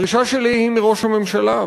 הדרישה שלי היא מראש הממשלה,